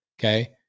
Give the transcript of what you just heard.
Okay